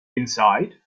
inside